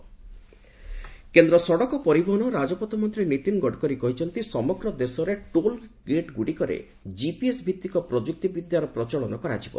GPS କେନ୍ଦ୍ର ସଡ଼କ ପରିବହନ ଓ ରାଜପଥ ମନ୍ତ୍ରୀ ନୀତିନ୍ ଗଡ଼କରୀ କହିଛନ୍ତି ସମଗ୍ର ଦେଶରେ ଟୋଲ୍ ଗେଟ୍ଗୁଡ଼ିକରେ କିପିଏସ୍ ଭିଭିକ ପ୍ରଯୁକ୍ତି ବିଦ୍ୟାର ପ୍ରଚଳନ କରାଯିବ